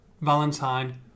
valentine